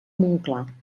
montclar